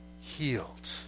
healed